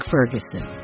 Ferguson